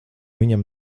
viņam